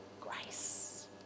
grace